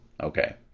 okay